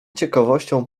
ciekawością